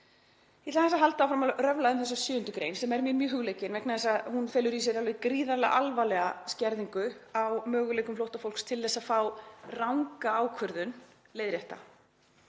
Ég ætla aðeins að halda áfram að röfla um þessa 7. gr. sem er mér mjög hugleikin vegna þess að hún felur í sér alveg gríðarlega alvarlega skerðingu á möguleikum flóttafólks til að fá ranga ákvörðun leiðrétta.